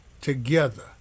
together